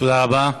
תודה רבה.